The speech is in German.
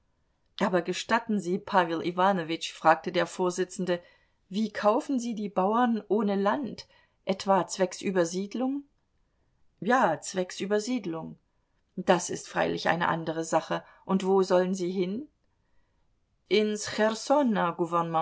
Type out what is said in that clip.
aber gestatten sie pawel iwanowitsch fragte der vorsitzende wie kaufen sie die bauern ohne land etwa zwecks übersiedlung ja zwecks übersiedlung das ist freilich eine andere sache und wo sollen sie hin ins